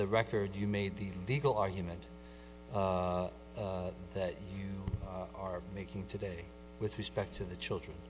the record you made the legal argument that you are making today with respect to the children